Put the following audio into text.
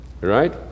Right